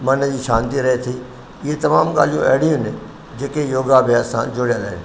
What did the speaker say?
मन जी शांती रहे थी इहे तमामु ॻाल्हियूं अहिड़ियूं आहिनि जेके योगा अभ्यास सां जुड़ियल आहिनि